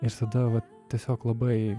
ir tada vat tiesiog labai